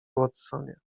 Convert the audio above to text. watsonie